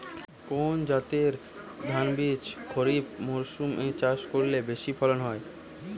কোন জাতের ধানবীজ খরিপ মরসুম এ চাষ করলে বেশি ফলন হয়?